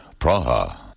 Praha